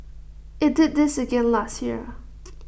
IT did this again last year